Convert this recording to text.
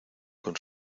con